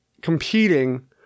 competing